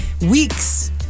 Weeks